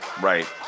Right